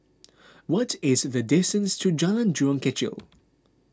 what is the distance to Jalan Jurong Kechil